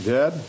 Dead